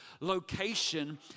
location